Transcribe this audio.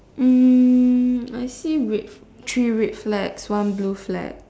mm I see red three red flags one blue flag